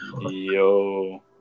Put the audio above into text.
Yo